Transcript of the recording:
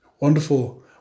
wonderful